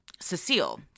Cecile